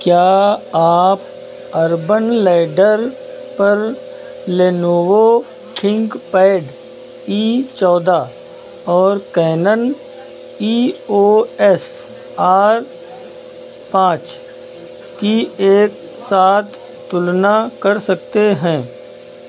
क्या आप urban ladder पर लेनोवो थिन्कपैड ई चौदह और Canon E O S R पाँच की एक साथ तुलना कर सकते हैं